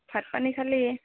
ভাত পানী খালি